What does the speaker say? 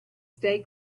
stay